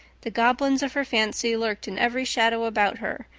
the goblins of her fancy lurked in every shadow about her,